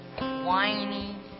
whiny